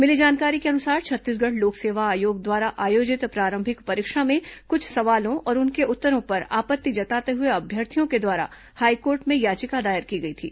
मिली जानकारी के अनुसार छत्तीसगढ़ लोक सेवा आयोग द्वारा आयोजित प्रारंभिक परीक्षा में कुछ सवालों और उनके उत्तरों पर आपत्ति जताते हुए अभ्यर्थियों के द्वारा हाईकोर्ट में याचिका दायर की गई थी